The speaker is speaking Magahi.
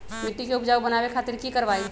मिट्टी के उपजाऊ बनावे खातिर की करवाई?